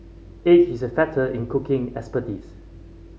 age is a factor in cooking expertise